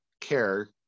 care